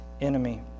enemy